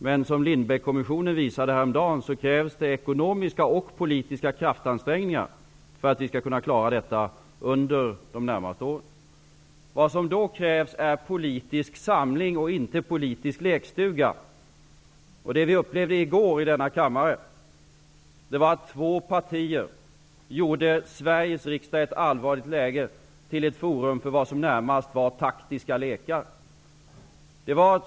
Men som Lindbeckkommissionen visade häromdagen krävs det ekonomiska och politiska kraftansträngningar för att vi skall klara detta under de närmaste åren. Vad som krävs är politisk samling, inte politisk lekstuga. Det vi upplevde i går i denna kammare var att två partier i ett allvarligt läge gjorde Sveriges riksdag till ett forum för vad som närmast var taktiska lekar.